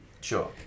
sure